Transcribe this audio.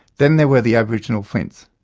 then there were the aboriginal flints.